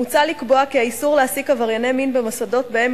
מוצע לקבוע כי האיסור להעסיק עברייני מין במוסדות שבהם